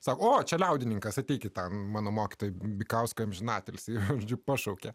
sakau čia liaudininkas ateikite mano mokytojai bykauskui amžinatilsį pavyzdžiu pašaukė